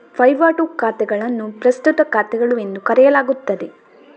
ವಹಿವಾಟು ಖಾತೆಗಳನ್ನು ಪ್ರಸ್ತುತ ಖಾತೆಗಳು ಎಂದು ಕರೆಯಲಾಗುತ್ತದೆ